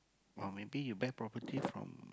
or maybe you buy property from